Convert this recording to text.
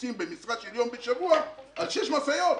תפוסים במשרה של יום בשבוע על 6 משאיות.